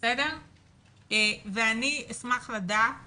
אני אשמח לדעת